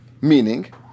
meaning